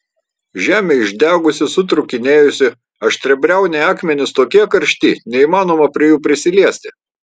žemė išdegusi sutrūkinėjusi aštriabriauniai akmenys tokie karšti neįmanoma prie jų prisiliesti